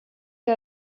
que